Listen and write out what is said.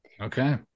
okay